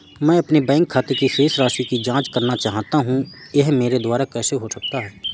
मैं अपने बैंक खाते की शेष राशि की जाँच करना चाहता हूँ यह मेरे द्वारा कैसे हो सकता है?